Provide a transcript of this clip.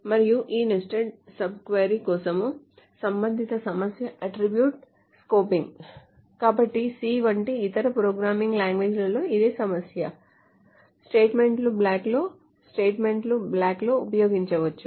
మరియు ఈ nested sub query కోసం సంబంధిత సమస్య అట్ట్రిబ్యూట్ స్కోపింగ్ కాబట్టి C వంటి ఇతర ప్రోగ్రామింగ్ లాంగ్వేజ్లలో ఇదే సమస్య స్టేట్మెంట్ల బ్లాక్లో స్టేట్మెంట్ల బ్లాక్ ఉపయోగించినప్పుడు